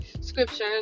scriptures